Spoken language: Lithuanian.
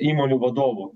įmonių vadovų